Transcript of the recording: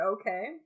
okay